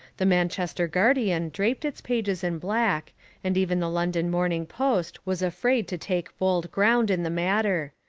the manchester guardian draped its pages in black and even the london morning post was afraid to take bold ground in the matter.